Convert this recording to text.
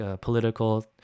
political